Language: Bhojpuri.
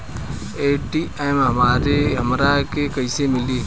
ए.टी.एम हमरा के कइसे मिली?